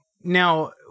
Now